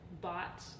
bought